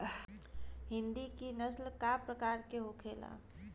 हिंदी की नस्ल का प्रकार के होखे ला?